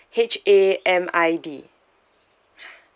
H A M I D